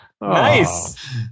Nice